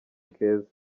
keza